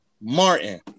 Martin